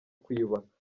kwiyubaka